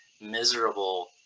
miserable